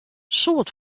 soad